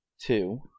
Two